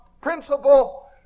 principle